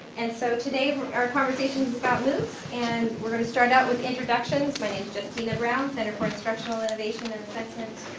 and so, today, our conversation is about moocs. and we're going to start out with introductions. my name's justina brown, center for instructional innovation and assessment.